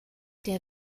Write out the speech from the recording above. der